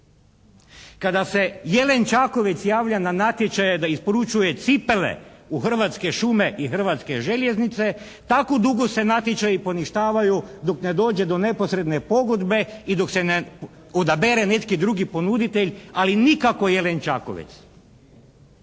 Kada se "Jelen" Čakovec javlja na natječaje da isporučuje cipele u Hrvatske šume i Hrvatske željeznice tako dugo se natječaji poništavaju dok ne dođe do neposredne pogodbe i dok se ne odabere neki drugi ponuditelj ali nikako "Jelen" Čakovec.